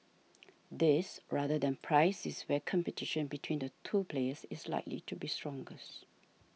this rather than price is where competition between the two players is likely to be strongest